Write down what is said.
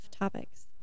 topics